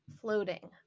floating